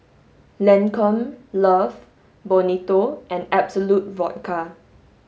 Lancome Love Bonito and Absolut Vodka